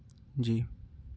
जी